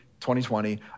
2020